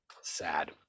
Sad